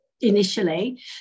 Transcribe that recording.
initially